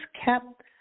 kept